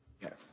Yes